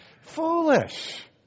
foolish